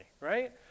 right